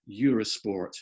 eurosport